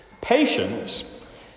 Patience